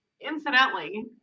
Incidentally